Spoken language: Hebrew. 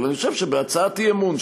אבל אני חושב שבהצעת אי-אמון,